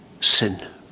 sin